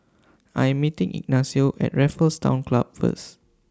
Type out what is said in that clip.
I Am meeting Ignacio At Raffles Town Club First